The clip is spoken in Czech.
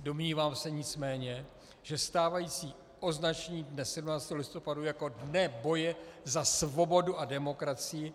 Domnívám se nicméně, že stávající označení dne 17. listopadu jako Dne boje za svobodu a demokracii